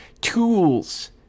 tools